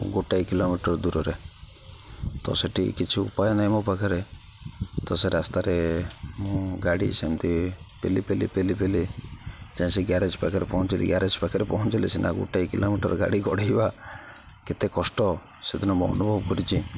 ଗୋଟାଏ କିଲୋମିଟର୍ ଦୂରରେ ତ ସେଇଠି କିଛି ଉପାୟ ନାହିଁ ମୋ ପାଖରେ ତ ସେ ରାସ୍ତାରେ ମୁଁ ଗାଡ଼ି ସେମିତି ପେଲି ପେଲି ପେଲି ପେଲି ଯାଇ ସେ ଗ୍ୟାରେଜ୍ ପାଖରେ ପହଞ୍ଚିଲି ଗ୍ୟାରେଜ୍ ପାଖରେ ପହଞ୍ଚିଲି ସିନା ଗୋଟେ କିଲୋମିଟର୍ ଗାଡ଼ି ଗଡ଼ାଇବା କେତେ କଷ୍ଟ ସେଦିନ ମୁଁ ଅନୁଭବ କରିଛି